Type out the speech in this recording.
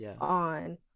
on